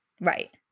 Right